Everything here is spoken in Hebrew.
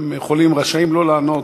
הם רשאים לא לענות,